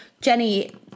Jenny